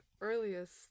earliest